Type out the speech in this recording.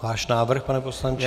Váš návrh, pane poslanče.